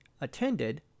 attended